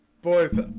Boys